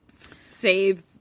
save